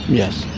yes.